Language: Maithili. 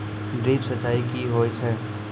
ड्रिप सिंचाई कि होय छै?